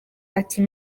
ati